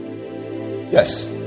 yes